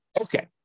Okay